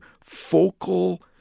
focal